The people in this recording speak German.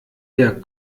der